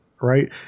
right